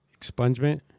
Expungement